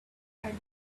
and